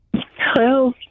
Hello